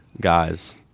guys